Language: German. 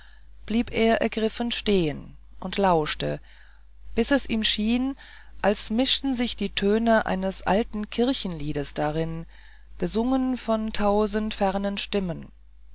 blieb er ergriffen stehen und lauschte bis es ihm schien als mischten sich die töne eines alten kirchenliedes darein gesungen von tausend fernen stimmen